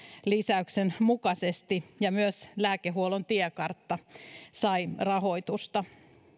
lisäyksen mukaisesti ja myös lääkehuollon tiekartta sai rahoitusta